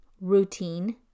routine